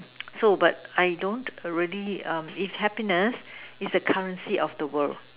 so but I don't already is happiness is the currency of the world